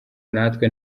natwe